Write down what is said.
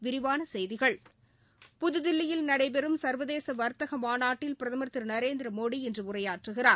விரிவான செய்திகள் புதுதில்லியில் நடைபெறும் சர்வதேச வர்த்தக மாநாட்டில் பிரதமர் திரு நரேந்திர மோடி இன்று உரையாற்றுகிறார்